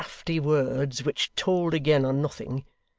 and crafty words, which told again are nothing,